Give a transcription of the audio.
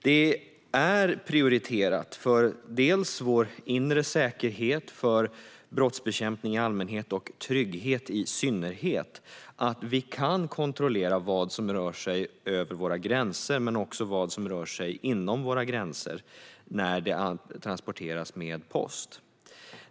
Det är prioriterat för bland annat landets inre säkerhet, brottsbekämpning i allmänhet och trygghet i synnerhet att vi kan kontrollera vad som rör sig över våra gränser och inom våra gränser vid posttransporter.